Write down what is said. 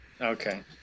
okay